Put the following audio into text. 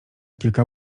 kilka